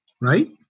right